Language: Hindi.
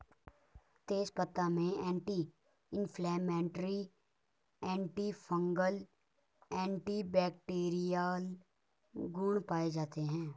तेजपत्ता में एंटी इंफ्लेमेटरी, एंटीफंगल, एंटीबैक्टिरीयल गुण पाये जाते है